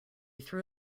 threw